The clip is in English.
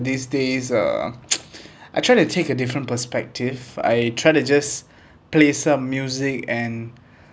these days uh I try to take a different perspective I try to just play some music and